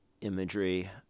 imagery